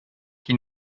qui